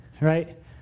right